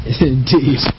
Indeed